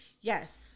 yes